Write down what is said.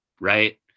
right